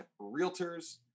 realtors